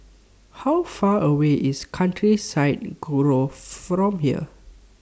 How Far away IS Countryside Grove from here